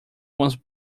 was